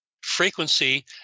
frequency